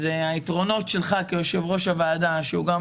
אז היתרונות שלך כיושב-ראש הוועדה שהוא גם